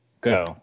go